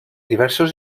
diversos